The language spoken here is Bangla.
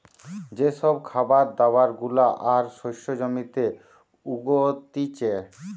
যে সব খাবার দাবার গুলা আর শস্য জমিতে উগতিচে